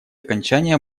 окончание